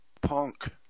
punk